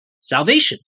salvation